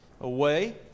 away